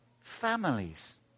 families